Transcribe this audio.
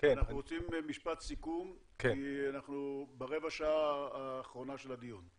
אנחנו רוצים משפט סיכום כי אנחנו ברבע השעה האחרונה של הדיון.